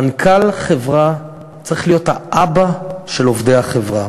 מנכ"ל חברה צריך להיות האבא של עובדי החברה.